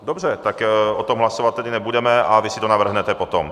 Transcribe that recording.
Dobře, tak o tom hlasovat tedy nebudeme a vy si to navrhnete potom.